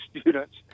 students